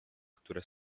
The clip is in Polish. które